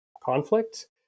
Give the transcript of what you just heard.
conflict